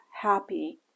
happy